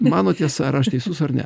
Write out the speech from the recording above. mano tiesa ar aš teisus ar ne